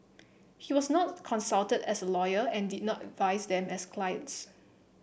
he was not consulted as a lawyer and did not advise them as clients